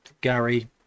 Gary